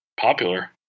popular